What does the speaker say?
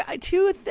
two